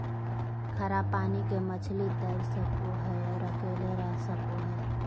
खारा पानी के मछली तैर सको हइ और अकेले रह सको हइ